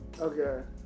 Okay